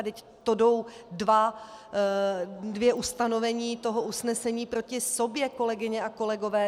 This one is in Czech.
Vždyť to jdou dvě ustanovení toho usnesení proti sobě, kolegyně a kolegové.